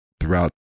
throughout